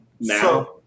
now